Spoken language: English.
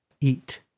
eat